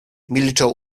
milczał